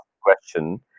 question